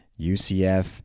UCF